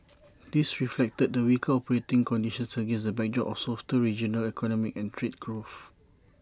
this reflected the weaker operating conditions against the backdrop of softer regional economic and trade growth